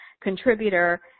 contributor